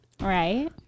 Right